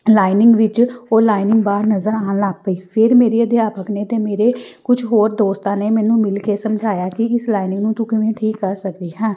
lining ਵਿੱਚ ਉਹ lining ਬਾਹਰ ਨਜ਼ਰ ਆਉਣ ਲੱਗ ਪਈ ਫਿਰ ਮੇਰੀ ਅਧਿਆਪਕ ਨੇ ਅਤੇ ਮੇਰੇ ਕੁਛ ਹੋਰ ਦੋਸਤਾਂ ਨੇ ਮੈਨੂੰ ਮਿਲ ਕੇ ਸਮਝਾਇਆ ਕਿ ਇਸ ਲਾਈਨਿੰਗ ਨੂੰ ਤੂੰ ਕਿਵੇਂ ਠੀਕ ਕਰ ਸਕਦੀ ਹੈ